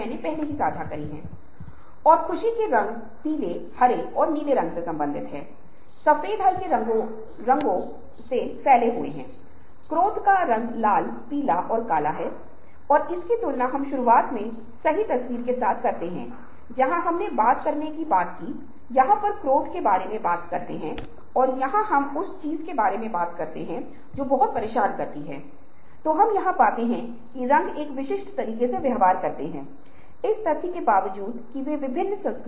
bouncy का Archimedes नियम मे बाउंसी का विचार उसे तब आया जब वह गमले में नहा रहा था और उसके प्रवेश करते ही जैसे जैसे वह गमले पर बैठा तब पानी का स्तर बढ़ रहा है और वह उसे बाउंसी के कानून के बारे में विचार दिया